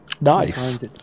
Nice